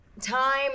time